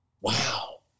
wow